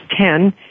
ten